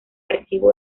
archivo